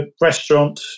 restaurant